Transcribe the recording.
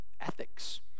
ethics